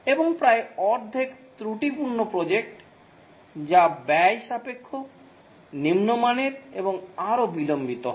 এবং প্রায় অর্ধেক ত্রুটিপূর্ণ প্রজেক্ট যা ব্যয় সাপেক্ষ নিম্ন মানের এবং আরও বিলম্বিত হয়